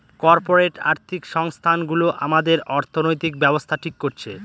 corporate আর্থিক সংস্থানগুলো আমাদের অর্থনৈতিক ব্যাবস্থা ঠিক করছে